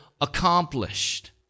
accomplished